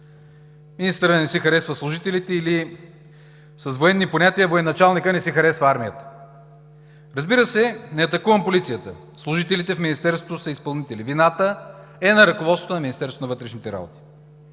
министърът не си харесва служителите или с военни понятия: военачалникът не си харесва армията. Разбира се, не атакувам полицията. Служителите в Министерството са изпълнители. Вината е на ръководството на Министерство на вътрешните работи.